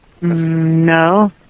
No